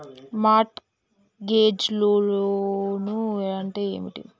Mart gauge loan అంటే ఏమిటి?